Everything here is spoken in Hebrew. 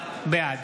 בעד